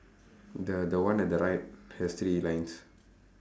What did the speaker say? the the one at the right has three lines